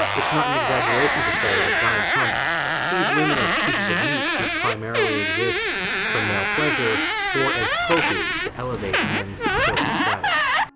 it's not an exaggeration to say that donald trump sees women as pieces of meat who primarily exist for male pleasure or as trophies to elevate men's social status.